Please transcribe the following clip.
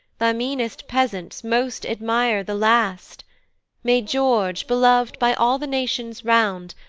the meanest peasants most admire the last may george, beloved by all the nations round,